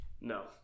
No